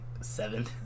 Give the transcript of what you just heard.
seven